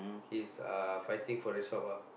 he's uh fighting for the shop ah